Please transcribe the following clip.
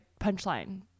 punchline